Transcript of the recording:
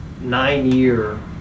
nine-year